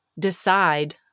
decide